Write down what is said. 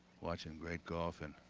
watching great golf and